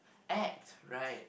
act right